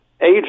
age